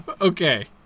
okay